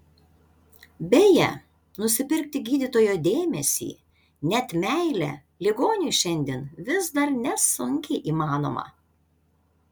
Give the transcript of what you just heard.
beje nusipirkti gydytojo dėmesį net meilę ligoniui šiandien vis dar nesunkiai įmanoma